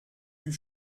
plus